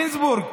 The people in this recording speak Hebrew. גינזבורג,